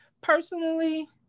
personally